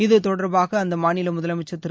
இது தொடர்பாக அந்த மாநில முதலமைச்சர் திரு